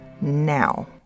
now